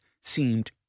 seemed